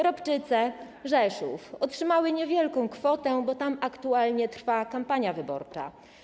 Ropczyce i Rzeszów otrzymały niewielką kwotę, bo tam aktualnie trwa kampania wyborcza.